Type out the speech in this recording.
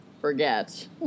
forget